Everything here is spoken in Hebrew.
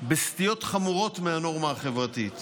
בסטיות חמורות מהנורמה החברתית,